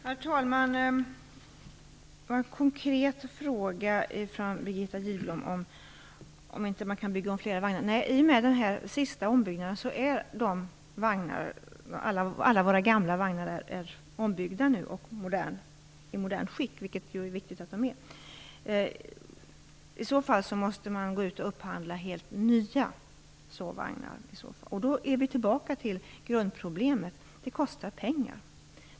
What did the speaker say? Herr talman! Det ställdes en konkret fråga av Birgitta Gidblom om man inte kan bygga om fler vagnar. I och med den senaste ombyggnaden är alla våra gamla vagnarna nu ombyggda och i modernt skick, vilket är viktigt att de är. I så fall måste man gå ut och upphandla helt nya sovvagnar i så fall. Då är vi tillbaka i grundproblemet: det kostar pengar.